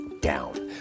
down